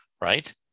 right